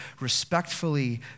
respectfully